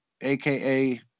aka